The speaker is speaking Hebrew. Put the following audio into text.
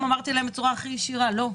אמרתי להן בצורה הכי ישירה שלא.